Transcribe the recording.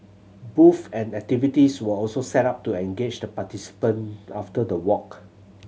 booth and activities were also set up to engage the participant after the walk